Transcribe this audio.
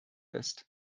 ist